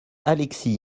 alexis